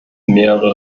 mehrere